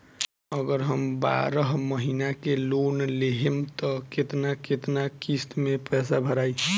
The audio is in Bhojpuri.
अगर हम बारह महिना के लोन लेहेम त केतना केतना किस्त मे पैसा भराई?